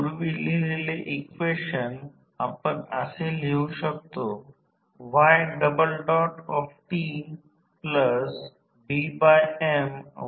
जणू हे एक वेन्डिंग्ज आहे जणू हे दुसरे वेन्डिंग्ज आहे म्हणजे हे असे आहे हे असे आहे आणि ते येथे आहे या एका व्होल्टेज साठी व्होल्टेज V1 V2 आणि प्रवाह I1 आहे आणि येथे व्होल्टेज V2 आणि प्रवाह I2 I1अशा प्रकारे कल्पना करा